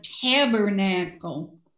tabernacle